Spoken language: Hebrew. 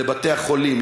לבתי-החולים,